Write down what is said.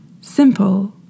simple